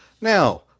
now